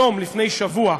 היום לפני שבוע,